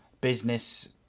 business